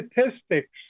statistics